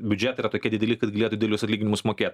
biudžetai yra tokie dideli kad galėtų didelius atlyginimus mokėt